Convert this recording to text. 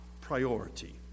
priority